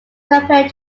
compared